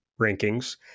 rankings